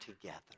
together